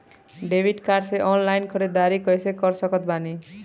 Debit card से online ख़रीदारी कैसे कर सकत बानी?